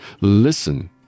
Listen